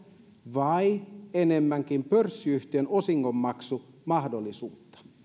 vai enemmänkin pörssiyhtiön osingonmaksumahdollisuutta